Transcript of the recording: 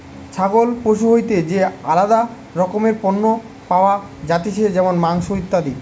ছাগল পশু হইতে যে আলাদা রকমের পণ্য পাওয়া যাতিছে যেমন মাংস, ইত্যাদি